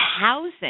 housing